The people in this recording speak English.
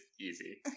easy